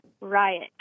riot